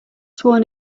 sworn